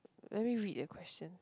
let me read the questions